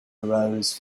arose